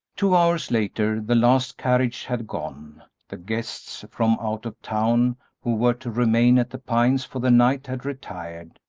two hours later the last carriage had gone the guests from out of town who were to remain at the pines for the night had retired,